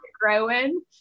growing